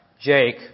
Jake